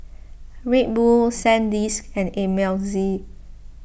Red Bull Sandisk and Ameltz